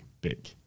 big